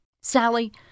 Sally